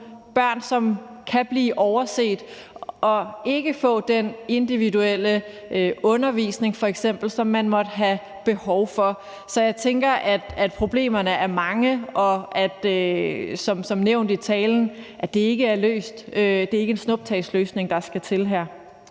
børn, som kan blive overset og f.eks. ikke få den individuelle undervisning, som man måtte have behov for. Så jeg tænker, at problemerne er mange, som nævnt i talen, og at det ikke er en snuptagsløsning, der skal til her.